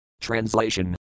Translation